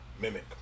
Mimic